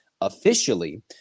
officially